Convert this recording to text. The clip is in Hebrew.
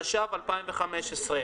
התשפ"א-2020,